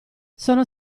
sono